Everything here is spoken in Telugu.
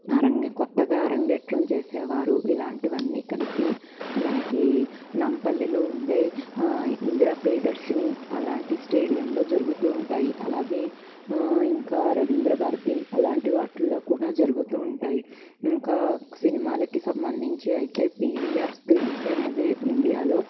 అరణ్య కొత్తగా అరంగేట్రం చేసేవారు ఇలాంటివన్నీ కలిపి మనకి నాంపల్లిలో ఉండే ఇందిరా ప్రియదర్శిని అలాంటి స్టేడియంలో జరుగుతూ ఉంటాయి అలాగే ఇంకా రవీంద్ర భారతి అలాంటి వాటిలో కూడా జరుగుతూ ఉంటాయి ఇంకా సినిమాలకి సంబంధించి అయితే పివిఆర్ స్క్రీన్స్ అనేది ఇండియాలో